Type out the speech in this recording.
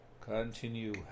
Continue